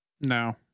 no